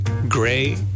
Gray